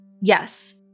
Yes